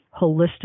holistic